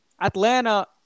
Atlanta